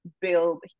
build